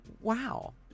Wow